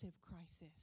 crisis